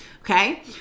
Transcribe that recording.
okay